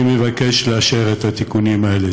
אני מבקש לאשר את התיקונים האלה.